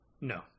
No